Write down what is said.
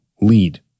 lead